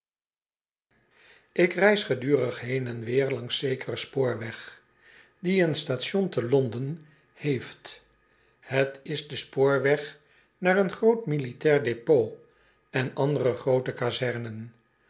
ik reis gedurig heen en weer langs zekeren spoorweg die een station te londen heeft het is de spoorweg naar een groot militair depot en andere groote kazernen